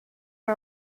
for